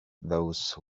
those